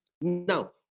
Now